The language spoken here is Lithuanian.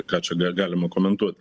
ką čia gal galima komentuot